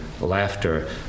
laughter